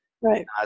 Right